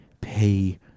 pay